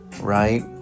right